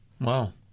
Wow